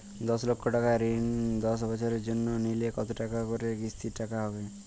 দশ লক্ষ টাকার ঋণ দশ বছরের জন্য নিলে কতো টাকা করে কিস্তির টাকা হবে?